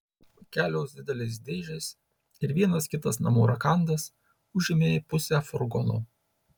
kelios didelės dėžės ir vienas kitas namų rakandas užėmė pusę furgono